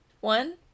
one